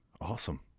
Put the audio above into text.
Awesome